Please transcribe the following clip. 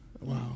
Wow